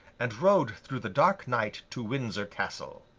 and rode through the dark night to windsor castle.